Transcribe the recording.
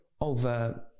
over